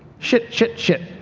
shit, shit, shit!